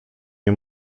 nie